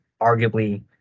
arguably –